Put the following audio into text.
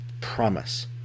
promise